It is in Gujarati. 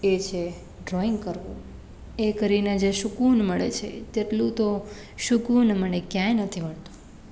એ છે ડ્રોઈંગ કરવું એ કરીને જે સુકુન મળે છે તેટલું તો સુકુન મને ક્યાંય નથી મળતું